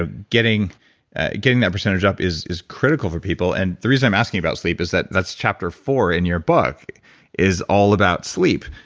ah getting getting that percentage up is is critical for people. and the reason i'm asking about sleep is that's chapter four in your book is all about sleep,